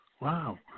Wow